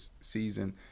season